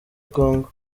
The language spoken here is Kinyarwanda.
kongo